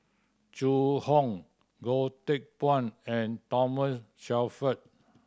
Zhu Hong Goh Teck Phuan and Thomas Shelford